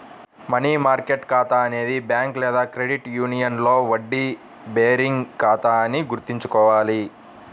money market ఖాతా అనేది bank లేదా క్రెడిట్ యూనియన్లో వడ్డీ బేరింగ్ ఖాతా అని గుర్తుంచుకోవాలి